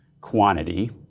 quantity